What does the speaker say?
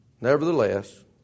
Nevertheless